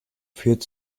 führt